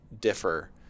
differ